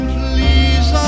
please